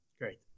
Great